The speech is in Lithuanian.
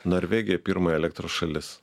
norvegija pirma elektros šalis